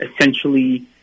essentially